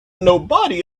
nobody